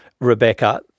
Rebecca